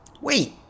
Wait